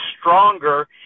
stronger